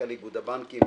מנכ"ל איגוד הבנקים